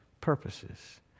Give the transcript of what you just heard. purposes